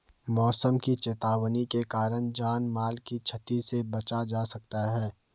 मौसम की चेतावनी के कारण जान माल की छती से बचा जा सकता है